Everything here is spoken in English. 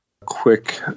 quick